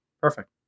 Perfect